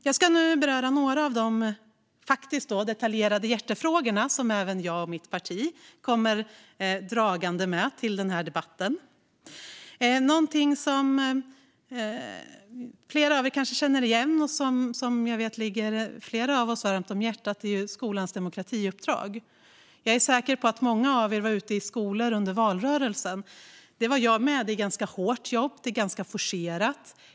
Jag ska nu beröra några av de detaljerade hjärtefrågor som även jag och mitt parti kommer dragande med till denna debatt. Något som flera av er kanske känner igen och som jag vet ligger flera av oss varmt om hjärtat är skolans demokratiuppdrag. Jag är säker på att många av er var ute i skolor under valrörelsen. Det var jag med. Det är ett ganska hårt jobb. Det är ganska forcerat.